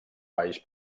baix